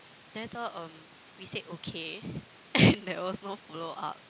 then later um we said okay and there was no follow up